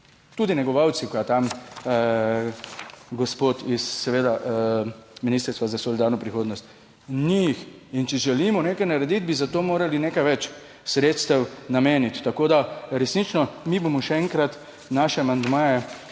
tudi negovalci, ko je tam gospod iz seveda ministrstva za solidarno prihodnost, ni jih in če želimo nekaj narediti, bi za to morali nekaj več sredstev nameniti. Tako da, resnično mi bomo še enkrat naše amandmaje